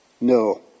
No